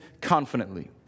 confidently